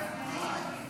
אזרחי ישראל,